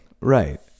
right